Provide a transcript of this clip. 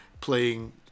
playing